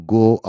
go